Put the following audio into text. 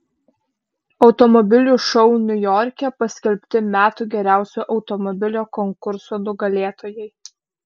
automobilių šou niujorke paskelbti metų geriausio automobilio konkurso nugalėtojai